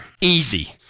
easy